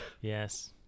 Yes